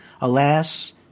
alas